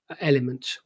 element